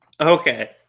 Okay